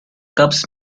cubs